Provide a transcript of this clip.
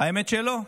האמת היא שלא.